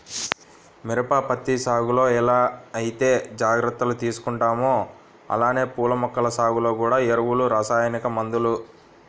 మిరప, పత్తి సాగులో ఎలా ఐతే జాగర్తలు తీసుకుంటామో అలానే పూల మొక్కల సాగులో గూడా ఎరువులు, రసాయనిక మందులు